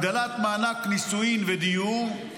הגדלת מענק נישואין ודיור,